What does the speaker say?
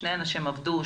שני האנשים עבדו,